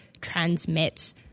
transmit